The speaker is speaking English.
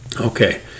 Okay